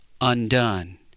undone